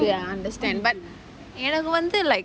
ya understand but எனக்கு வந்து:ennaku vanthu like